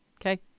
Okay